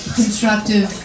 constructive